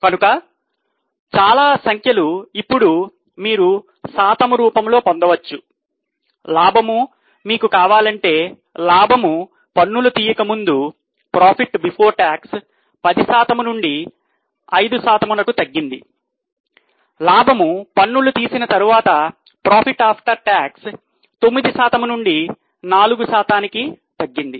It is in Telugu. కనుక చాలా సంఖ్యలు ఇప్పుడు మీరు శాతము రూపములో పొందవచ్చు లాభం మీకు కావాలంటే లాభం పన్నులు తీయక ముందు 9 శాతం నుండి నాలుగు శాతానికి తగ్గింది